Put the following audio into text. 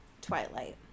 Twilight